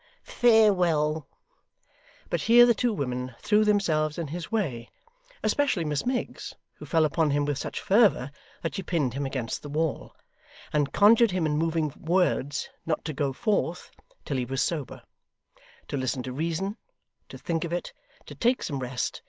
farewell but here the two women threw themselves in his way especially miss miggs, who fell upon him with such fervour that she pinned him against the wall and conjured him in moving words not to go forth till he was sober to listen to reason to think of it to take some rest,